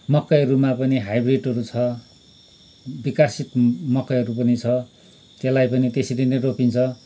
मकैहरूमा पनि हाइब्रिडहरू छ विकासे मकैहरू पनि छ त्यसलाई पनि त्यसरी नै रोपिन्छ